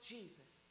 Jesus